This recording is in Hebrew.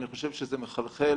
אני חושב שזה מחלחל